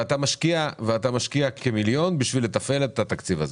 אתה משקיע כמיליון כדי לתפעל את התקציב הזה.